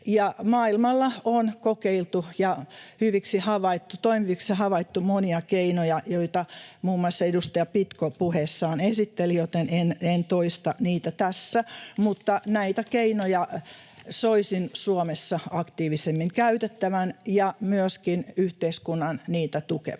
Maailmalla on kokeiltu ja hyviksi havaittu, toimiviksi havaittu monia keinoja, joita muun muassa edustaja Pitko puheessaan esitteli, joten en toista niitä tässä, mutta näitä keinoja soisin Suomessa aktiivisemmin käytettävän ja myöskin yhteiskunnan niitä tukevan.